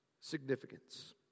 significance